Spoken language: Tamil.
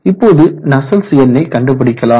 இப்போது நஸ்சல்ட்ஸ் எண்ணை கண்டுபிடிக்கலாம்